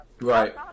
Right